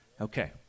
okay